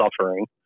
Suffering